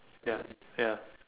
ya ya